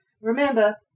Remember